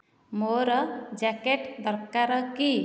ମୋର ଜ୍ୟାକେଟ୍ ଦରକାର କି